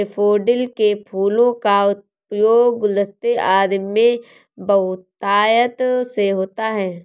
daffodil के फूलों का उपयोग गुलदस्ते आदि में बहुतायत से होता है